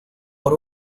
por